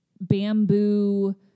bamboo